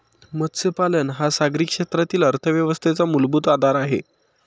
मत्स्यपालन हा सागरी क्षेत्रातील अर्थव्यवस्थेचा मूलभूत आधार आहे